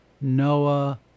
Noah